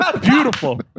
Beautiful